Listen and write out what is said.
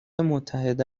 متحده